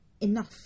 Enough